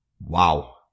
Wow